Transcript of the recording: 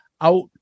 out